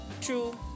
True